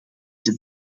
het